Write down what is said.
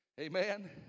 Amen